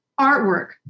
artwork